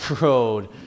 road